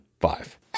five